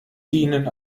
dienen